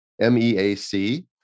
M-E-A-C